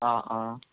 অঁ অঁ